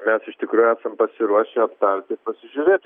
mes iš tikrųjų esam pasiruošę aptarti ir pasižiūrėti